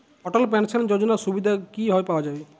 অটল pension যোজনার সুবিধা কি ভাবে পাওয়া যাবে?